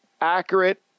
accurate